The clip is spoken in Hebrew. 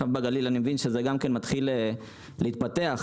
שצריך מנהיג אחד בעיר לעסקים קטנים,